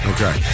Okay